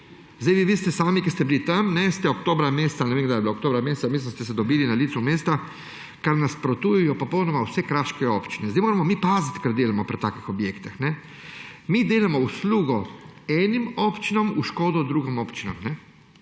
Vi veste sami, ki ste bili tam, ste oktobra ali ne vem, kdaj je bilo, oktobra meseca, mislim, da ste se dobili na licu mesta, ker nasprotujejo popolnoma vse kraške občine. Zdaj moramo mi paziti, kaj delamo pri takih objektih. Mi delamo uslugo enim občinam, v škodo drugim občinam.